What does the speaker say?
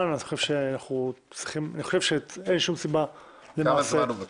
אז אין שום סיבה למעשה --- כמה זמן הוא מבקש?